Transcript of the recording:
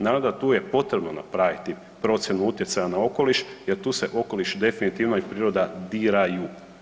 Naravno da je tu potrebno napraviti procjenu utjecaja na okoliš jer tu se okoliš definitivno i priroda diraju.